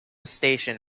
station